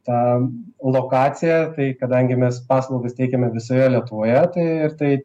ta lokacija tai kadangi mes paslaugas teikiame visoje lietuvoje tai ir tai